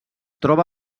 troba